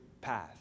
path